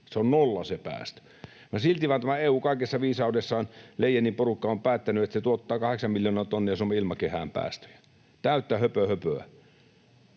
on nolla. No, silti vain tämä EU kaikessa viisaudessaan, Leyenin porukka, on päättänyt, että se tuottaa kahdeksan miljoonaa tonnia Suomen ilmakehään päästöjä — täyttä höpöhöpöä.